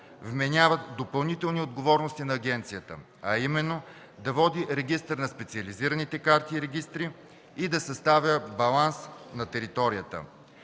вменяват допълнителни отговорности на агенцията, а именно да води регистър на специализираните карти и регистри и да съставя баланс на територията.